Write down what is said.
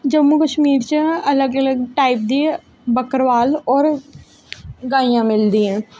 जम्मू कश्मीर च अलग अलग टाइप दे बक्करबाल होर गाइयां मिलदियां न